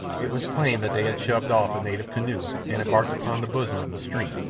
it was plain that they had shoved off a native canoe and embarked upon the bosom of the stream,